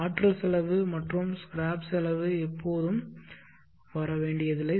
ஆற்றல் செலவு மற்றும் ஸ்கிராப் செலவு எப்போதும் வர வேண்டியதில்லை